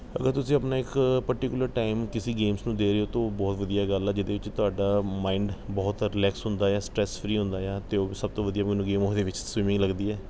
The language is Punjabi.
ਅਗਰ ਤੁਸੀਂ ਆਪਣਾ ਇੱਕ ਪਰਟੀਕੁਲਰ ਟਾਈਮ ਕਿਸੀ ਗੇਮਸ ਨੂੰ ਦੇ ਰਹੇ ਹੋ ਤਾਂ ਬਹੁਤ ਵਧੀਆ ਗੱਲ ਆ ਜਿਹਦੇ ਵਿੱਚ ਤੁਹਾਡਾ ਮਾਈਂਡ ਬਹੁਤ ਰਿਲੈਕਸ ਹੁੰਦਾ ਹੈ ਸਟ੍ਰੈੱਸ ਫ੍ਰੀ ਹੁੰਦਾ ਆ ਅਤੇ ਉਹ ਸਭ ਤੋਂ ਵਧੀਆ ਮੈਨੂੰ ਗੇਮ ਉਹਦੇ ਵਿੱਚ ਸਵੀਮਿੰਗ ਲੱਗਦੀ ਹੈ